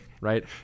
Right